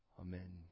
Amen